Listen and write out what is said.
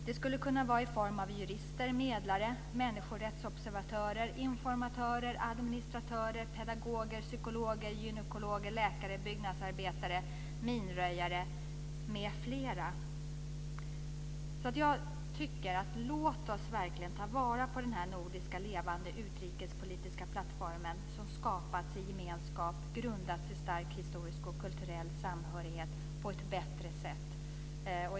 Det skulle kunna vara i form av jurister, medlare, människorättsobservatörer, informatörer, administratörer, pedagoger, psykologer, gynekologer, läkare, byggnadsarbetare, minröjare m.fl. Låt oss ta vara på den nordiska levande utrikespolitiska plattformen som skapats i gemenskap och grundats i stark historisk och kulturell samhörighet på ett bättre sätt.